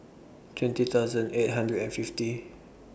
twenty thousand eight hundred and fifty